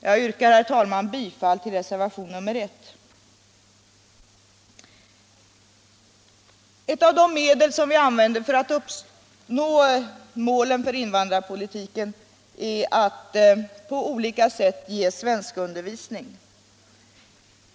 Jag yrkar, herr talman, bifall till reservationen 1. Ett av de medel som vi använder för att uppnå målen för invandrarpolitiken är att på olika sätt ge svenskundervisning.